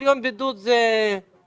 כל יום בידוד זה סיפור.